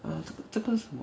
err 这个这个什么